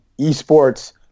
esports